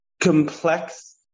Complex